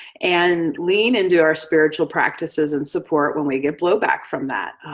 and lean into our spiritual practices and support when we get blow back from that.